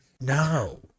No